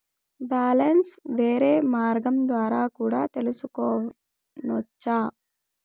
Balance వేరే మార్గం ద్వారా కూడా తెలుసుకొనొచ్చా?